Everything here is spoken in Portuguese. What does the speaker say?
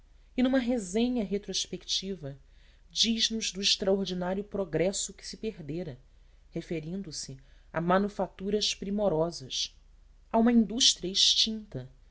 e numa resenha retrospectiva diz nos do extraordinário progresso que se perdera referindo-se a manufaturas primorosas a uma indústria extinta